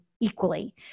equally